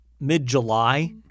mid-July